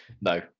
No